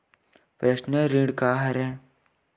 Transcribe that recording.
Personal ऋण का हरय?